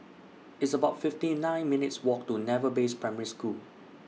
It's about fifty nine minutes' Walk to Naval Base Primary School